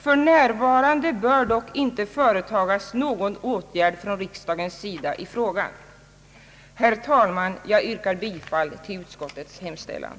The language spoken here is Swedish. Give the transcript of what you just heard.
För närvarande bör dock inte företagas någon åtgärd från riksdagens sida i frågan.» Herr talman! Jag yrkar bifall till utskottets hemställan.